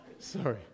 sorry